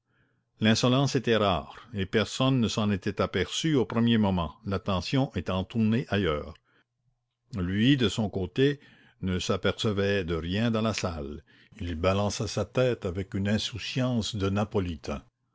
l'insolence était rare et personne ne s'en était aperçu au premier moment l'attention étant tournée ailleurs lui de son côté ne s'apercevait de rien dans la salle il balançait sa tête avec une insouciance de napolitain